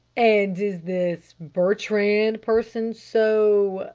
and is this bertrand person so.